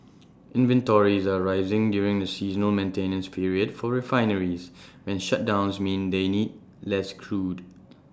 inventories are rising during the seasonal maintenance period for refineries when shutdowns mean they need less crude